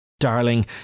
Darling